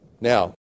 Now